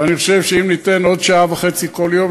ואני חושב שאם ניתן עוד שעה וחצי כל יום,